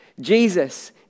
Jesus